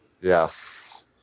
Yes